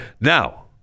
Now